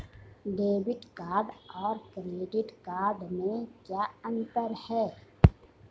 Debit card और credit card में क्या अंतर है?